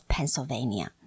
Pennsylvania